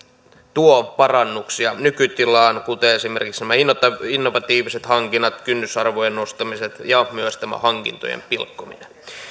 tuo parannuksia nykytilaan kuten esimerkiksi nämä innovatiiviset hankinnat kynnysarvojen nostamiset ja myös tämä hankintojen pilkkominen